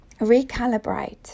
recalibrate